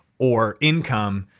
or income?